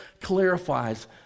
clarifies